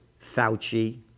Fauci